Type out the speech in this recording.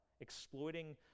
exploiting